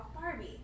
Barbie